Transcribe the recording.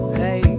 hey